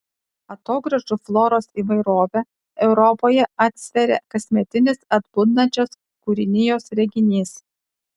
atogrąžų floros įvairovę europoje atsveria kasmetinis atbundančios kūrinijos reginys